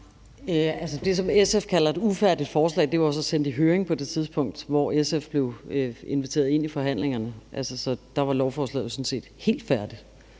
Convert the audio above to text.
Det, som SF kalder et ufærdigt forslag, var jo så sendt i høring på det tidspunkt, hvor SF blev inviteret ind i forhandlingerne. Så der var lovforslaget jo sådan